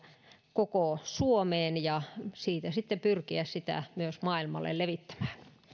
koko suomeen ja siitä sitten pyrkiä myös maailmalle levittämään